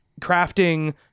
crafting